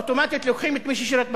אוטומטית לוקחים את מי ששירת בצבא.